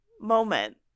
moment